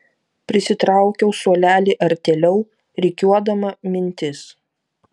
prisitraukiau suolelį artėliau rikiuodama mintis